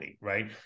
right